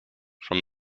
from